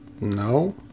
no